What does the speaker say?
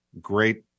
great